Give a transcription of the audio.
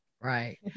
Right